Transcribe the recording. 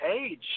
age